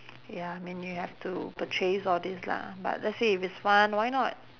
ya I mean you have to purchase all these lah but let's say if it's fun why not